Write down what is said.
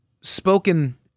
spoken